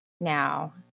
now